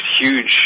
huge